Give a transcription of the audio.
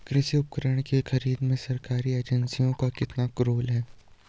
कृषि उपकरण की खरीद में सरकारी एजेंसियों का कितना रोल है?